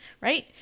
right